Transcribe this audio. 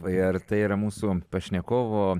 ir tai yra mūsų pašnekovo